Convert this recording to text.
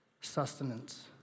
sustenance